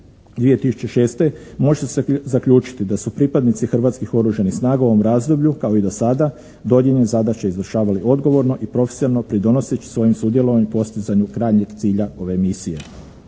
2006. može se zaključiti da su pripadnici Hrvatskih oružanih snaga u ovom razdoblju kao i do sada dodijeljene zadaće izvršavali odgovorno i profesionalni pridonoseći svojim sudjelovanjem postizanju krajnjeg cilja ove misije.